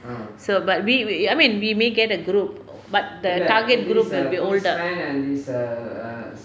so but we I mean we may get a group but the target group will be older